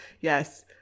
yes